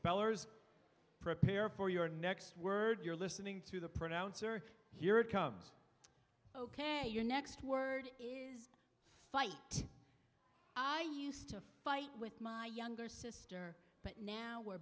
spellers prepare for your next word you're listening to the pronouncer here it comes ok your next word is fight i used to fight with my younger sister but now we're